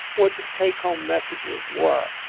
what the take home messages were.